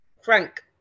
Frank